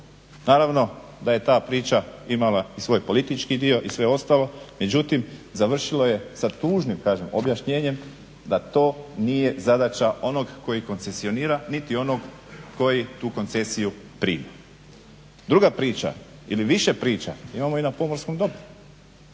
Naravno da je ta priča imala svoj politički dio i sve ostalo, međutim završilo je sa tužnim kažem objašnjenjem da to nije zadaća onog koji koncesionira niti onog koji tu koncesiju prima. Druga priča ili više priča imamo i na pomorskom dobru.